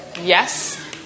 Yes